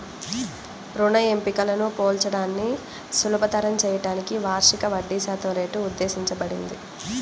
రుణ ఎంపికలను పోల్చడాన్ని సులభతరం చేయడానికి వార్షిక వడ్డీశాతం రేటు ఉద్దేశించబడింది